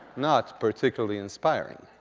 not particularly inspiring.